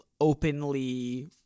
openly